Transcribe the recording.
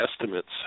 estimates